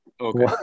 okay